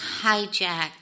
hijacked